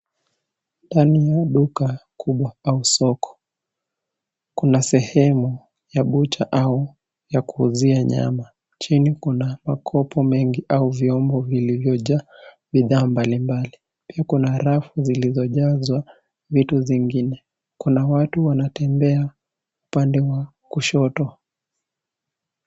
Ndani ya duka kubwa au soko, kuna sehemu ya bucha au ya kuuzia nyama. Chini kuna makopo mengi au vyombo vilivyojaa bidhaa mbalimbali. Pia kuna rafu zilizojazwa vitu zingine. Kuna watu wanatembea upande wa kushoto.